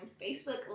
Facebook